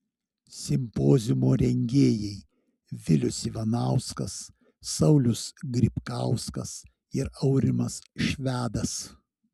simpoziumo rengėjai vilius ivanauskas saulius grybkauskas ir aurimas švedas